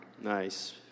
Nice